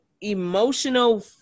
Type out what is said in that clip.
emotional